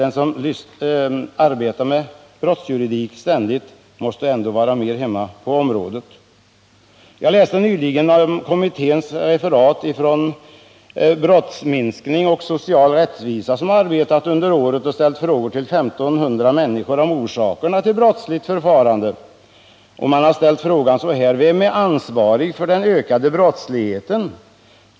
Den som ständigt arbetar med brottsjuridik måste ju ändå vara mer hemma på området. Jag läste nyligen ett referat från den kommitté om brottsminskning och social rättvisa som har arbetat under året och ställt frågor till I 500 människor om orsakerna till brottsligt förfarande. Man ställde därvid frågan så: Vem är ansvarig för den ökade brottsligheten?